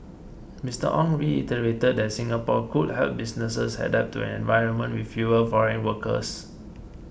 Mister Ong reiterated that Singapore could help businesses adapt to an environment with fewer foreign workers